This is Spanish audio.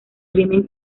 crimen